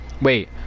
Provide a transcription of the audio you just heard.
Wait